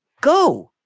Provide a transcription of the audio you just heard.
go